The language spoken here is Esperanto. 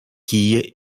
kie